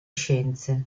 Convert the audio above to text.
scienze